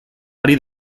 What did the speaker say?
ari